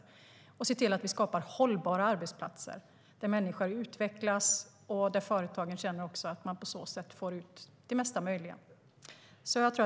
Vi ska se till att vi skapar hållbara arbetsplatser där människor utvecklas och där företagen känner att de på så sätt får ut det mesta möjliga.